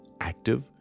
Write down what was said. active